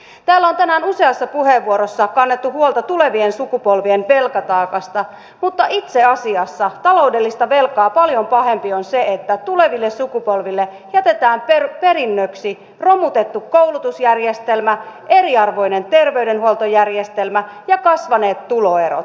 täällä on tänään useassa puheenvuorossa kannettu huolta tulevien sukupolvien velkataakasta mutta itse asiassa taloudellista velkaa paljon pahempi on se että tuleville sukupolville jätetään perinnöksi romutettu koulutusjärjestelmä eriarvoinen terveydenhuoltojärjestelmä ja kasvaneet tuloerot